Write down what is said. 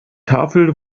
tafel